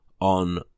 on